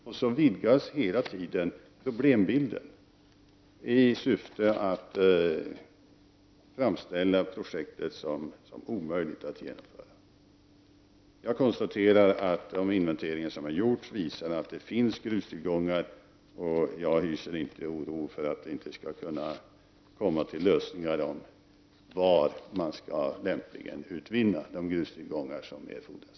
Och så vidgas hela tiden problembilden, i syfte att framställa projektet som omöjligt att genomföra. Jag konstaterar att de inventeringar som har gjorts visar att det finns grustillgångar, och jag hyser ingen oro för att vi inte skall kunna komma fram till var man lämpligen skall utvinna de grustillgångar som erfordras.